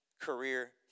career